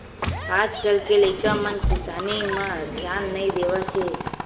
आज कल के लइका मन किसानी म धियान नइ देवत हे